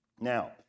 Now